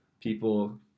people